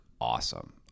awesome